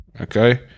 okay